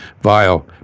vile